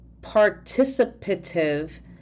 participative